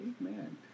Amen